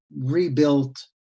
rebuilt